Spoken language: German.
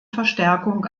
verstärkung